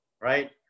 right